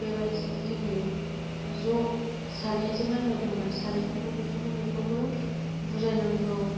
बेबायदिनो जोङो ज' सानैजों नांज्लायदोंबा सानैखौबो बेखौबो बोखौबो बुजायनांगौ